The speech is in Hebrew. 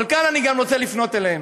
אבל כאן אני גם רוצה לפנות אליהם.